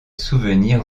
souvenirs